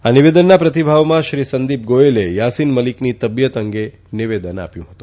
આ નિવેદનના પ્રતિભાવમાં શ્રી સંદિપ ગોથલે થાસીન મલીકની તબીયત અંગે નિવેદન આપ્યું હતું